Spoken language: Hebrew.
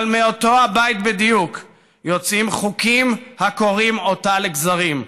אבל מאותו הבית בדיוק יוצאים חוקים הקורעים אותה לגזרים,